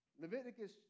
Leviticus